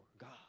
God